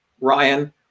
Ryan